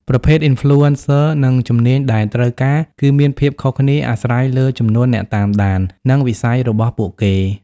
ប្រភេទ Influencer និងជំនាញដែលត្រូវការ គឺមានភាពខុសគ្នាអាស្រ័យលើចំនួនអ្នកតាមដាន និងវិស័យរបស់ពួកគេ។